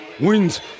Wins